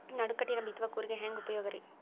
ನಡುಕಟ್ಟಿನ ಬಿತ್ತುವ ಕೂರಿಗೆ ಹೆಂಗ್ ಉಪಯೋಗ ರಿ?